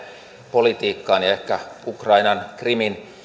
politiikkaan ja ehkä ukrainan krimin